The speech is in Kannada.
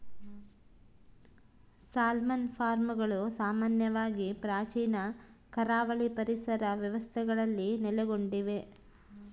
ಸಾಲ್ಮನ್ ಫಾರ್ಮ್ಗಳು ಸಾಮಾನ್ಯವಾಗಿ ಪ್ರಾಚೀನ ಕರಾವಳಿ ಪರಿಸರ ವ್ಯವಸ್ಥೆಗಳಲ್ಲಿ ನೆಲೆಗೊಂಡಿವೆ